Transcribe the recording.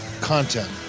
content